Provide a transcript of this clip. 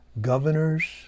governors